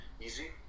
easy